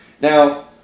Now